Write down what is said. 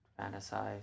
fantasize